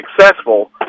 successful